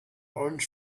orange